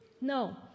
No